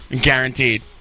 Guaranteed